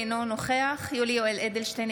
אינו נוכח יולי יואל אדלשטיין,